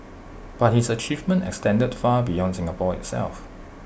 but his achievement extended far beyond Singapore itself